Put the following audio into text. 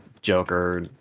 Joker